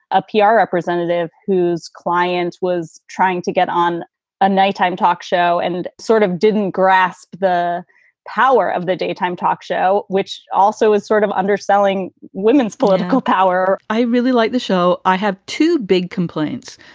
a pr representative. client was trying to get on a nighttime talk show and sort of didn't grasp the power of the daytime talk show, which also is sort of underselling women's political power i really like the show. i have two big complaints.